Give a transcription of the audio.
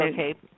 okay